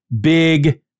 big